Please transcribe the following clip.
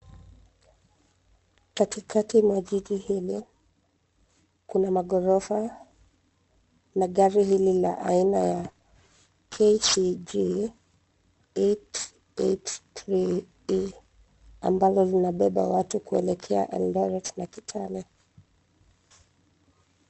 Katikati mwa jiji hili kuna maghorofa na gari hili la aina ya KCG 883 A ambalo Lina beba watu kuelekea Eldoret na Kiyale.